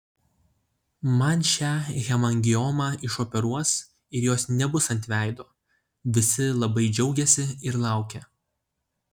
man šią hemangiomą išoperuos ir jos nebus ant veido visi labai džiaugėsi ir laukė